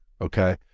okay